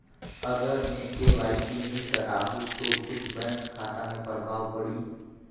अगर मे के.वाई.सी नी कराहू तो कुछ बैंक खाता मे प्रभाव पढ़ी?